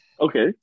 Okay